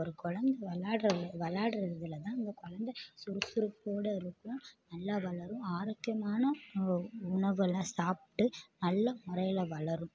ஒரு குழந்த விளையாடுற விளையாடுறதுலதாம் அந்த குழந்தை சுறுசுறுப்போடு இருக்கும் நல்லா வளரும் ஆரோக்கியமான உணவெலாம் சாப்பிட்டு நல்ல முறையில் வளரும்